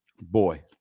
Boy